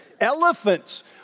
elephants